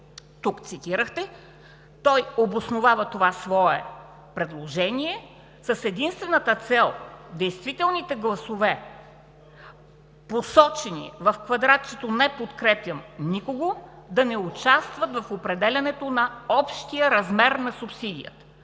цитирахте, обосновава това свое предложение с единствената цел действителните гласове, посочени в квадратчето „не подкрепям никого“, да не участват в определянето на общия размер на субсидията.